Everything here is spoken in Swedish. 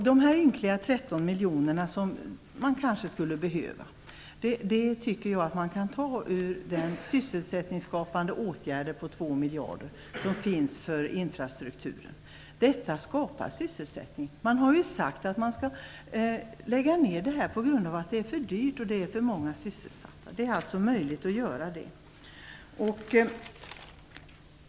De ynkliga 13 miljonerna som man kanske skulle behöva tycker jag att man kan ta ur de 2 miljarder för sysselsättningsskapande åtgärder som avsatts för infrastrukturen. Detta skapar sysselsättning. Man har ju sagt att man skall lägga ned det här på grund av att det är för dyrt och att det är för många sysselsatta. Det är alltså möjligt att göra detta.